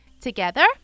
Together